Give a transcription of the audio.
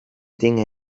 dinge